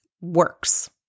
works